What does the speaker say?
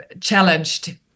challenged